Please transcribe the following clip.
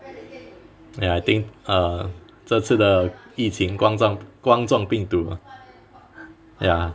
ya I think err 这次的疫情冠状冠状病毒 ah ya